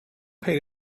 paid